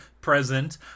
present